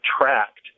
tracked